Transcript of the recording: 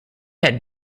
had